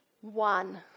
one